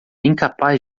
incapaz